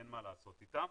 ואין מה לעשות איתן.